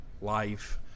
life